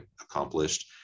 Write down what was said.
accomplished